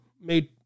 made